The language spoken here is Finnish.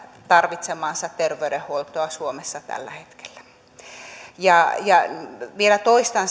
tarvitsemaansa terveydenhuoltoa suomessa tällä hetkellä ja vielä toistan